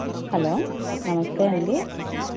hello నమస్తే అండీ